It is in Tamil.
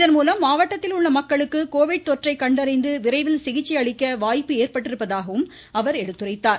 இதன் மூலம் மாவட்டத்தில் உள்ள மக்களுக்கு கோவிட் தொற்றை கண்டறிந்து விரைவில் சிகிச்சை அளிக்க வாய்ப்பு ஏற்பட்டிருப்பதாகவும் அவர் எடுத்துரைத்தார்